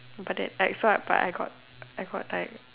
but then like so but I got I got like